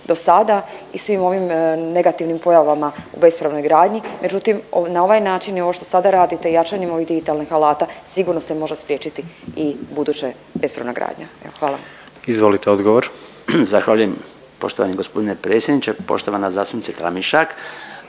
dosada i svim ovim negativnim pojavama u bespravnoj gradnji, međutim na ovaj način i ovo što sada radite jačanjem ovih digitalnih alata sigurno se može spriječiti i ubuduće bespravna gradnja, evo hvala vam. **Jandroković, Gordan (HDZ)** Izvolite